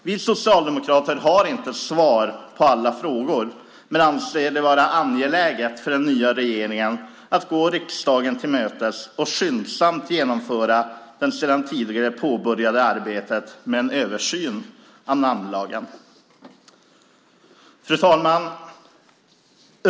Vi socialdemokrater har inte svar på alla frågor men anser det vara angeläget för den nya regeringen att gå riksdagen till mötes och skyndsamt genomföra det sedan tidigare påbörjade arbetet med en översyn av namnlagen. Fru talman!